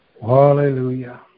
Hallelujah